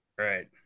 right